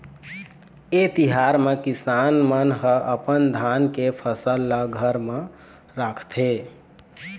ए तिहार म किसान मन ह अपन धान के फसल ल घर म राखथे